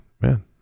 Man